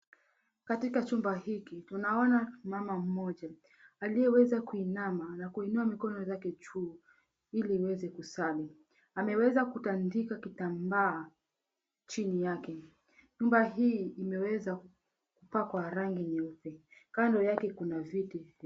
Katika chumba hiki tunaona mama mmoja aliyeweza kuinama na kuinua mikono zake juu ili aweze kusali. Ameweza kutandika kitambaa chini yake. Nyumba hii imeweza kupakwa rangi nyeupe. Kando yake kuna viti.